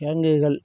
கிழங்குகள்